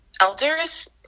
elders